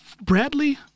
Bradley